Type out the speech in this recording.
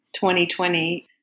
2020